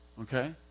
Okay